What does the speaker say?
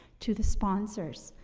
to the sponsors,